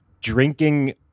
drinking